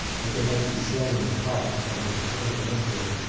that they might be slain in pomp by the hand of an emperor,